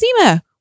Seema